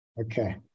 Okay